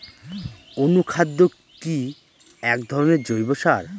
অনুখাদ্য কি এক ধরনের জৈব সার?